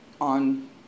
on